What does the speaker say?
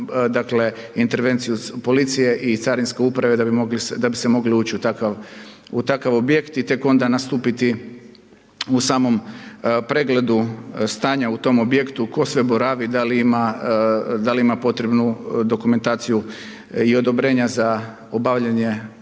dakle intervenciju policije i carinske uprave da bi mogli se, da bi se mogli ući u takav objekt i tek onda nastupiti u samom pregledu stanja u tom objektu tko sve boravi, da li ima potrebnu dokumentaciju i odobrenja za obavljanje gospodarske